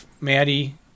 Maddie